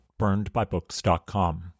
burnedbybooks.com